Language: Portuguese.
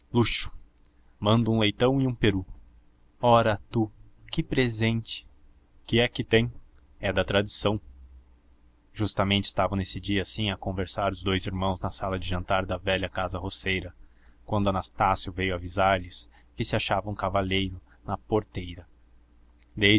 luxo mando um leitão e um peru ora tu que presente que é que tem é da tradição justamente estavam nesse dia assim a conversar os dous irmãos na sala de jantar da velha casa roceira quando anastácio veio avisar lhe que se achava um cavalheiro na porteira